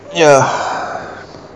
ya